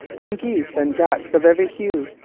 and geese and ducks of every hue,